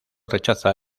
rechaza